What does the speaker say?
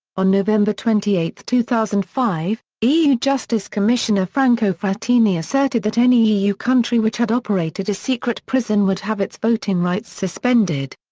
on november twenty eight, two thousand and five, eu justice commissioner franco frattini asserted that any eu country which had operated a secret prison would have its voting rights suspended.